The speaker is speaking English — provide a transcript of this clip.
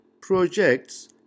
projects